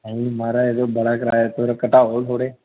ऐ महाराज बड़ा कराया थोह्ड़ा घटाओ थोह्ड़े